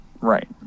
Right